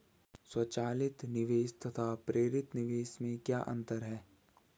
स्वचालित निवेश तथा प्रेरित निवेश में क्या अंतर है?